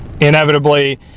inevitably